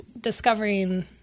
discovering